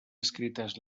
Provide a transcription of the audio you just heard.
escrites